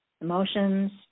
emotions